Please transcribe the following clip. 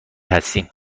هستیم